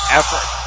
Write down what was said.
effort